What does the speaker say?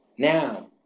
Now